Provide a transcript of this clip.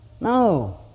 No